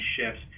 shifts